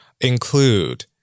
include